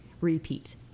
Repeat